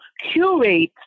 curate